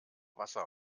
wasser